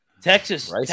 Texas